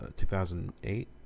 2008